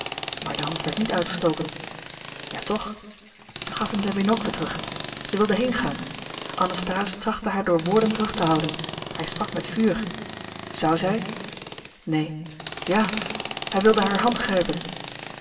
mevrouw de tonnette stoken ja toch zij gaf hem zijn binocle terug zij wilde heengaan anasthase trachtte haar door woorden terug te houden hij sprak met vuur zou zij neen ja hij wilde hare hand grijpen